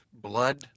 Blood